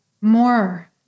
more